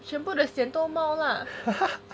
全部的先都冒 lah